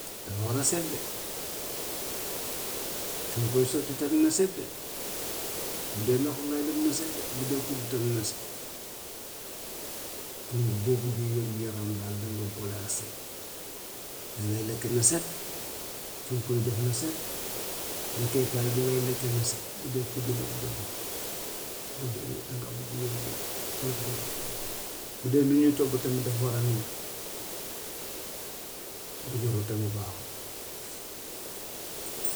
Dafa war a set de, fi nga koy sotti tamit na set de, bu dee ndox bi ngay def na set de, bu dee kudd tamit na set, pour boo buggee wér-gu-yaram daal danga boole ak set. Li ngay lekk na set, fi nga koy def na set, lekkeekaay bi ngay lekkee na set, bu dee kudd la, bu dee loxo, bu dee dangaa bugg wér-gu-yaram, loolu de xam naa ko. Bu dee lu ñuy togg tamit dafa war a ñor bu ñorut tamit baaxut.